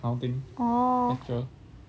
orh